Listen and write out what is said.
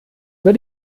über